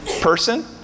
person